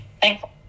Thankful